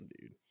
dude